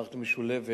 המערכת המשולבת,